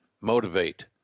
motivate